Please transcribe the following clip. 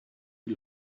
die